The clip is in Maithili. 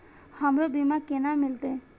हमरो बीमा केना मिलते?